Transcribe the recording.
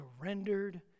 surrendered